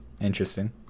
Interesting